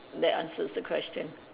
that answers the question